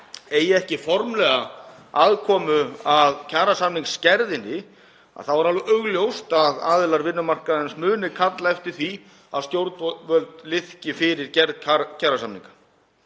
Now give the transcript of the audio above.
eigi ekki formlega aðkomu að kjarasamningsgerðinni er alveg augljóst að aðilar vinnumarkaðarins muni kalla eftir því að stjórnvöld liðki fyrir gerð kjarasamninga.